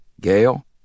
Gail